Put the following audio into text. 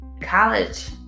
college